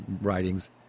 writings